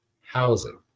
housing